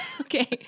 Okay